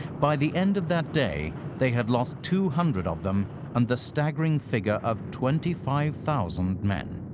by the end of that day, they had lost two hundred of them and the staggering figure of twenty five thousand men.